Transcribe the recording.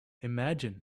imagine